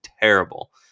terrible